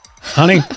honey